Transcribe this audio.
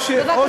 בבקשה לרדת.